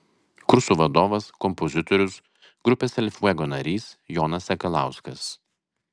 kursų vadovas kompozitorius grupės el fuego narys jonas sakalauskas